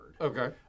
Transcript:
Okay